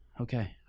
Okay